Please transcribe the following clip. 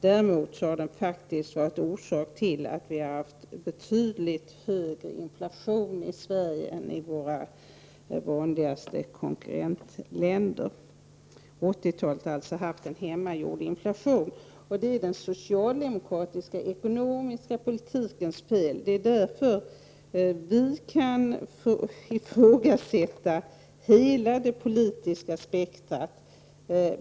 Däremot har den ekonomiska politiken varit orsak till att vi har haft betydligt högre inflation i Sverige än i våra vanligaste konkurrentländer. Under 80-talet har det alltså varit en hemmagjord inflation. Det hela är den socialdemokratiska ekonomiska politikens fel. Det är därför vi kan ifrågasätta hela det politiska spektrat.